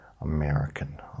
American